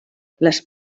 les